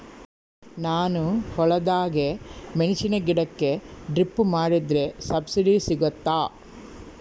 ನಾನು ಹೊಲದಾಗ ಮೆಣಸಿನ ಗಿಡಕ್ಕೆ ಡ್ರಿಪ್ ಮಾಡಿದ್ರೆ ಸಬ್ಸಿಡಿ ಸಿಗುತ್ತಾ?